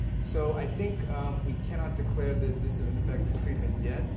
so i think we cannot declare that this is an effective treatment yet.